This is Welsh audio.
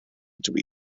ydw